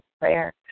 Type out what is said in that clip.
prayer